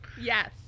Yes